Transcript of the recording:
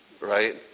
right